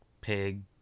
pig